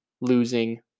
losing